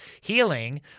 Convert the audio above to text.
Healing